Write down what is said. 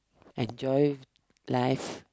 enjoy life